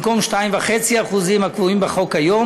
במקום 2.5% הקבועים בחוק היום,